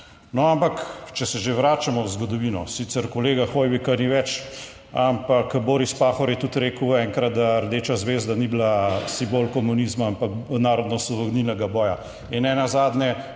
ampak če se že vračamo v zgodovino, sicer kolega Hoivika ni več, ampak Boris Pahor je tudi rekel enkrat, da rdeča zvezda ni bila simbol komunizma, ampak narodnoosvobodilnega boja